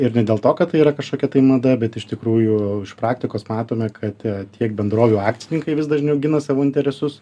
ir ne dėl to kad tai yra kažkokia tai mada bet iš tikrųjų iš praktikos matome kad tiek bendrovių akcininkai vis dažniau gina savo interesus